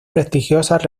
prestigiosas